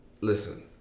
listen